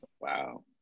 Wow